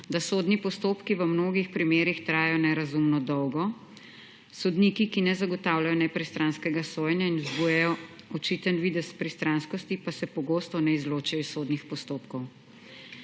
da sodni postopki v mnogih primerih trajajo nerazumno dolgo. Sodniki, ki ne zagotavljajo nepristranskega sojenja in vzbujajo očiten videz pristranskosti, pa se pogosto ne izločijo iz sodnih postopkov.